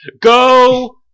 Go